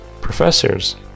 professors